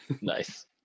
Nice